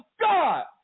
God